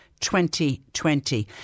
2020